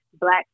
Black